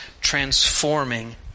transforming